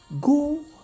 Go